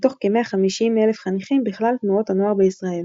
מתוך כ-150,000 חניכים בכלל תנועות הנוער בישראל.